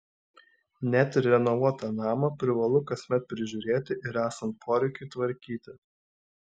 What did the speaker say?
net ir renovuotą namą privalu kasmet prižiūrėti ir esant poreikiui tvarkyti